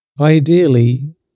Ideally